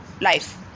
life